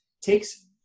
takes